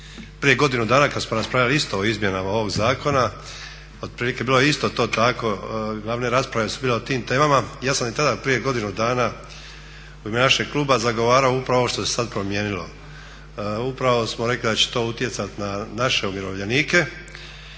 prije godinu dana kad smo raspravljali isto o izmjenama ovog zakona otprilike bilo je isto to tako, glavne rasprave su bile o tim temama. Ja sam i tada prije godinu dana u ime našeg kluba zagovarao upravo ovo što se sad promijenilo. Upravo smo rekli da će to utjecati na naše umirovljenike